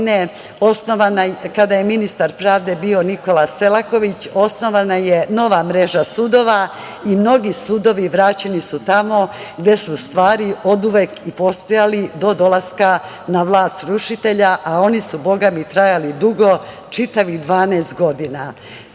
kada je ministar pravde bio Nikola Selaković, osnovana je nova mreža sudova i mnogi sudovi vraćeni su tamo gde su u stvari postojali do dolaska na vlast rušitelji, a oni su, bogami, trajali dugo – čitavih 12 godina. Ti